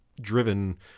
driven